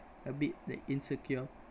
a bit like insecure